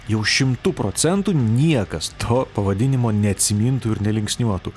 jau šimtu procentų niekas to pavadinimo neatsimintų ir nelinksniuotų